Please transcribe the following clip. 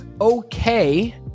okay